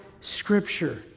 Scripture